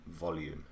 volume